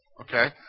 Okay